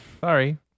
sorry